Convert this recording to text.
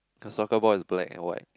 the soccer ball is black and white